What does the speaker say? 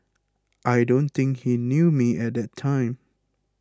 I don't think he knew me at that time